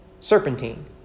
serpentine